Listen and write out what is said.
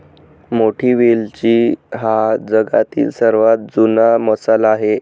मोठी वेलची हा जगातील सर्वात जुना मसाला आहे